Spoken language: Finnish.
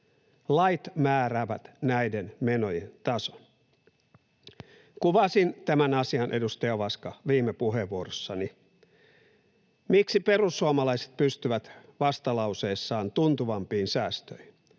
Lait määräävät näiden menojen tason. Kuvasin tämän asian, edustaja Ovaska, viime puheenvuorossani. Miksi perussuomalaiset pystyvät vastalauseessaan tuntuvampiin säästöihin?